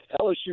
LSU